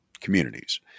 communities